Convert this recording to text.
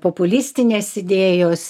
populistinės idėjos